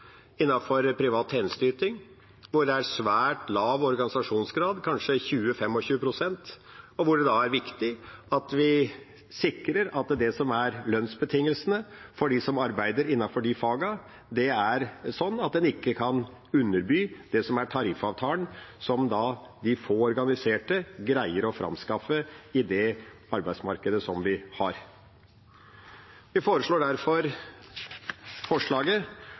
privat tjenesteyting hvor det er svært lav organisasjonsgrad, kanskje 20–25 pst., og hvor det da er viktig at vi sikrer at lønnsbetingelsene for dem som arbeider innenfor disse fagene, er sånn at en ikke kan underby det som er tariffavtalen som de få organiserte greier å framskaffe i det arbeidsmarkedet vi har. Vi fremmer derfor forslaget,